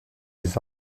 les